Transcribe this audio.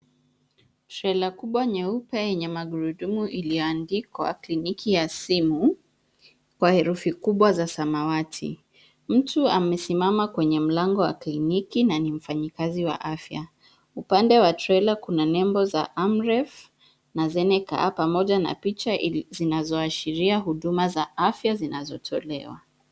Trela kubwa nyeupe yenye magurudumu iliyoandikwa kliniki ya simu kwa herufi kubwa za samawati. Mtu amesimama kwenye mlango wa kliniki na ni mfanyikazi wa afya. Upande wa trela kuna nembo za amref na zeneca pamoja na picha zinazoashiria huduma za afya zinazotolewa.